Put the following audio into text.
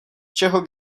čeho